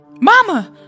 Mama